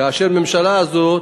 כאשר הממשלה הזאת,